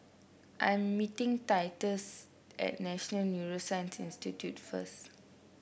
I am meeting Titus at National Neuroscience Institute first